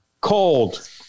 Cold